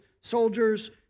soldiers